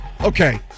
Okay